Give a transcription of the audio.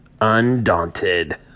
Undaunted